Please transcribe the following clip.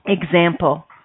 example